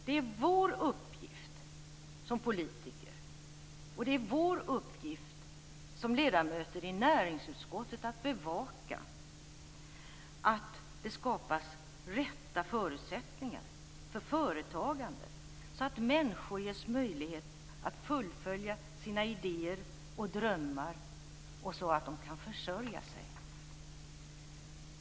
Det är vår uppgift som politiker och som ledamöter i näringsutskottet att bevaka att de rätta förutsättningarna för företagande skapas, så att människor ges möjligheter att fullfölja sina idéer och drömmar och så att de kan försörja sig.